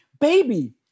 baby